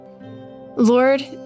Lord